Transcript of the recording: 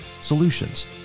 solutions